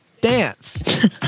dance